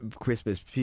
christmas